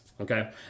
Okay